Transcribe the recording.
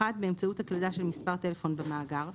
באמצעות הקלדה של מספר טלפון במאגר,